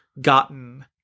gotten